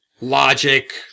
logic